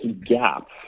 gap